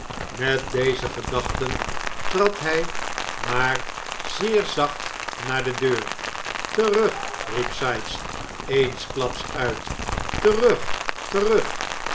met deze gedachten trad hij maar zeer zacht naar de deur terug riep sikes eensklaps uit terug terug